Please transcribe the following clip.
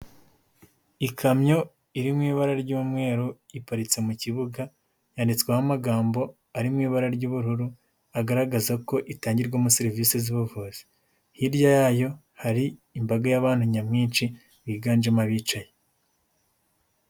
Ikamyo iri mu ibara ry'umweru, iparitse mu kibuga, yanditsweho amagambo ari mu ibara ry'ubururu agaragaza ko itangirwamo serivise z'ubuvuzi. Hirya yayo, hari imbaga y'abantu nyamwinshi, biganjemo abicaye.